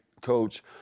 coach